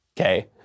Okay